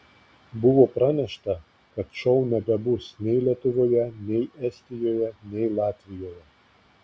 buvo pranešta kad šou nebebus nei lietuvoje nei estijoje nei latvijoje